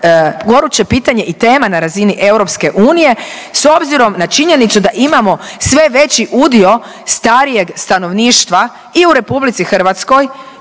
goruće pitanje i tema na razini EU s obzirom na činjenicu da imamo sve veći udio starijeg stanovništva i u RH i u cijeloj